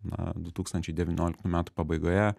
na du tūkstančiai devynioliktų metų pabaigoje